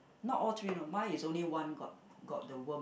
not all three you know mine is only one got got the worm